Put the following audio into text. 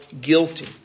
guilty